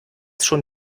schon